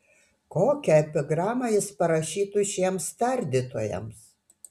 kokią epigramą jis parašytų šiems tardytojams